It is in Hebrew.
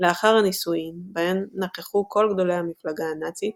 לאחר הנישואין, בהם נכחו כל גדולי המפלגה הנאצית,